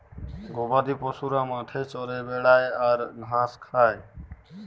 গবাদি পশুরা মাঠে চরে বেড়ায় আর ঘাঁস খায়